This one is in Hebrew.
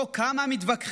הו, כמה מתווכחים,